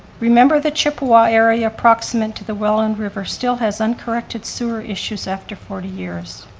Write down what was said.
remember the chippawa area approximate to the welland river still has uncorrected sewer issues after forty years.